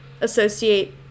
associate